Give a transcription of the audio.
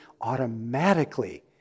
automatically